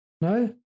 No